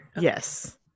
Yes